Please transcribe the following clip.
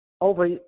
over